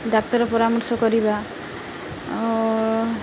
ଡାକ୍ତର ପରାମର୍ଶ କରିବା ଆଉ